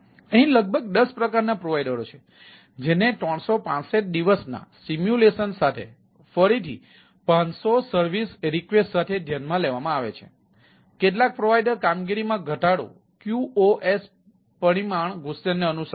તેથી અહીં લગભગ 10 પ્રકારના પ્રોવાઇડરઓ છે જેને 365 દિવસના સિમ્યુલેશન સાથે ફરીથી 500 સેવા વિનંતીઓ સાથે ધ્યાનમાં લેવામાં આવે છે કેટલાક પ્રોવાઇડર કામગીરીમાં ઘટાડો QaS પરિમાણ ગૌસિયન ને અનુસરે છે